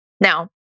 Now